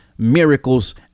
miracles